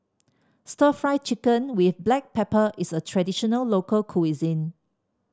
stir Fry Chicken with Black Pepper is a traditional local cuisine